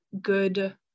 good